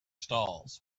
stalls